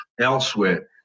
elsewhere